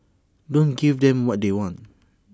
don't give them what they want